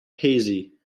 hazy